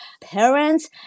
parents